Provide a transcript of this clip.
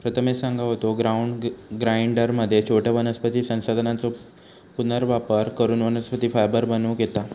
प्रथमेश सांगा होतो, ग्राउंड ग्राइंडरमध्ये थोड्या वनस्पती संसाधनांचो पुनर्वापर करून वनस्पती फायबर बनवूक येता